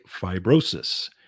fibrosis